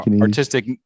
artistic